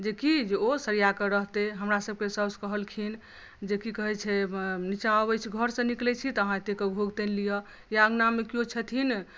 जेकि जे ओ सरियाकेँ रहतै हमरा सभकेँ साउस कहलखिन जे की कहै छै नीचाँ अबै छी घरसँ निकलै छी अहाँ एतेकऽ घोघ तानि लियऽ या अङ्गनामे केओ छथिन